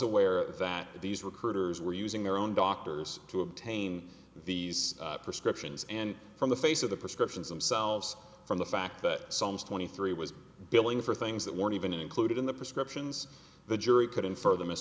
aware that these recruiters were using their own doctors to obtain these prescriptions and from the face of the prescriptions themselves from the fact that sums twenty three was billing for things that weren't even included in the prescriptions the jury couldn't further miss